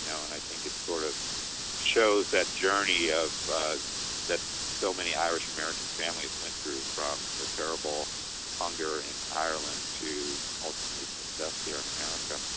yeah and i think it sort of shows that journey of that still many irish-american families went through from the terrible hunger in ireland to ultimately success here in america